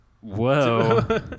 Whoa